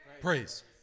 Praise